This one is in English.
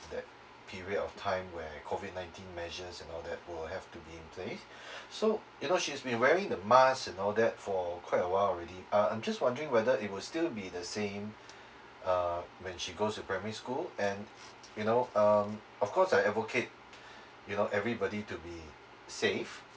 that period of time where COVID nineteen measures and all that will have to be in place so you know she has been wearing the mask and all that for quite a while already uh I'm just wondering whether it will still be the same uh when she goes to primary school and you know um of course I advocate you know everybody to be safe